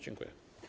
Dziękuję.